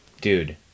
Dude